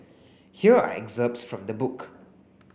here are excerpts from the book